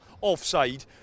offside